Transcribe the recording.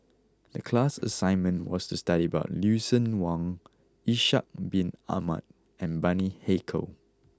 the class assignment was to study about Lucien Wang Ishak Bin Ahmad and Bani Haykal